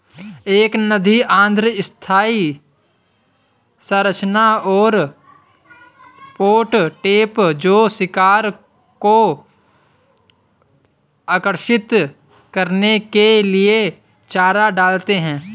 एक नदी अर्ध स्थायी संरचना और पॉट ट्रैप जो शिकार को आकर्षित करने के लिए चारा डालते हैं